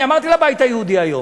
אני אמרתי לבית היהודי היום: